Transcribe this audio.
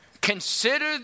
consider